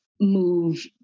move